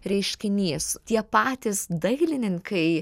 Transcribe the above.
reiškinys tie patys dailininkai